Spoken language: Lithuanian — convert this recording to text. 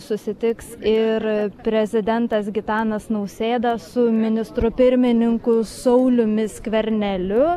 susitiks ir prezidentas gitanas nausėda su ministru pirmininku sauliumi skverneliu